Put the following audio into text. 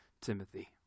Timothy